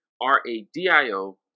R-A-D-I-O